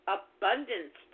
abundance